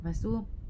lepas tu